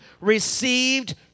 received